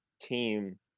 team